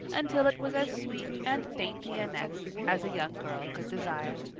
until it was as sweet and dainty a nest as a young girl could desire.